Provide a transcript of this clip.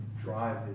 drive